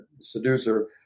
seducer